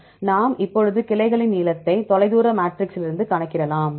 நாம் இப்பொழுது கிளைகளின் நீளத்தை தொலைதூர மேட்ரிக்ஸ்லிருந்து கணக்கிடலாம்